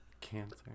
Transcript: cancer